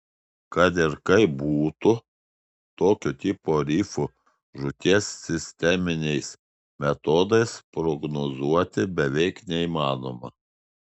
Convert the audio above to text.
kad ir kaip būtų tokio tipo rifų žūties sisteminiais metodais prognozuoti beveik neįmanoma